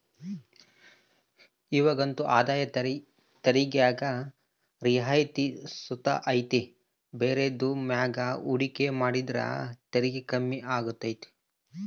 ಇವಾಗಂತೂ ಆದಾಯ ತೆರಿಗ್ಯಾಗ ರಿಯಾಯಿತಿ ಸುತ ಐತೆ ಬೇರೆದುರ್ ಮ್ಯಾಗ ಹೂಡಿಕೆ ಮಾಡಿದ್ರ ತೆರಿಗೆ ಕಮ್ಮಿ ಆಗ್ತತೆ